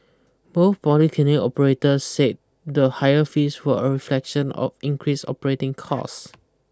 both polyclinic operators said the higher fees were a reflection of increased operating costs